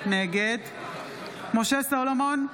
נגד משה סולומון,